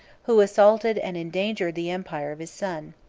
who assaulted and endangered the empire of his son.